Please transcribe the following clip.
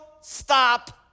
stop